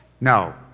No